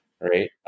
Right